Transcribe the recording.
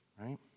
Right